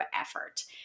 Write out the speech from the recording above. effort